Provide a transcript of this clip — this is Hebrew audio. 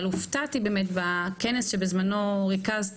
אבל הופתעתי באמת בכנס שבזמנו ריכזת